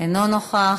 אינו נוכח,